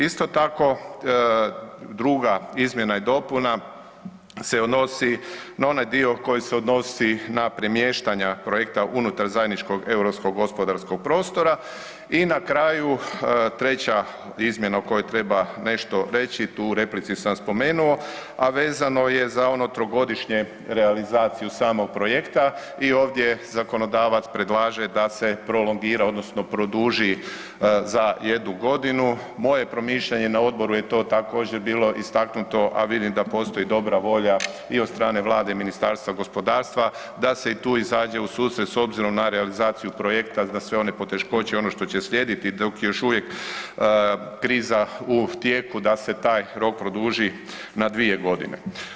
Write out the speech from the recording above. Isto tako, druga izmjena i dopuna se odnosi na onaj dio koji se odnosi na premještanja projekta unutar zajedničkog europskog gospodarskog prostora i na kraju, treća od izmjena o kojoj treba nešto reći, tu u replici sam spomenuo a vezano je za ono trogodišnje realizaciju samog projekta i ovdje zakonodavac predlaže da se prolongira odnosno produži za jednu godinu, moje promišljanje na odboru je to također bilo istaknuto a vidim da postoji dobra volja i od strane Vlade i Ministarstva gospodarstva, da se i tu izađe u susret s obzirom na realizaciju projekta za sve one poteškoće, ono što će slijediti dok još uvijek kriza u tijeku da se taj rok produži na 2 godine.